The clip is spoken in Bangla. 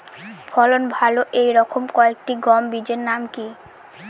ফলন ভালো এই রকম কয়েকটি গম বীজের নাম কি?